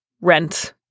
rent